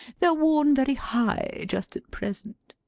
they are worn very high, just at present.